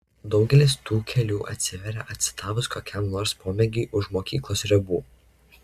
daugelis tų kelių atsiveria atsidavus kokiam nors pomėgiui už mokyklos ribų